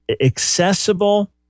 accessible